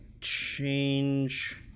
change